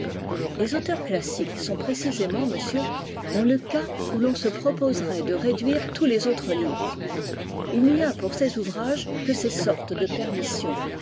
les auteurs classiques sont précisément monsieur dans le cas où l'on se proposerait de réduire tous les autres livres il n'y a pour ces ouvrages que ces sortes de permissions